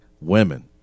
women